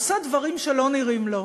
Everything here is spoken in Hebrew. עושה דברים שלא נראים לו,